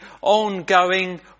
ongoing